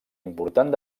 important